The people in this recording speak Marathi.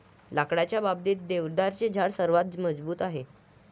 लाकडाच्या बाबतीत, देवदाराचे झाड सर्वात मजबूत आहे